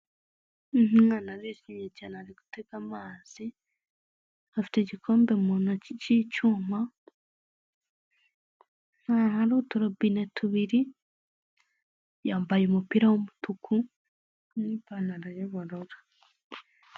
Umwana arishimye cyane ari gutega amazi afite igikombe mu ntoki k'icyuma, aha hari uturobine tubiri yambaye umupira w'umutuku n'ipantaro y'ubururu.